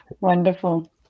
Wonderful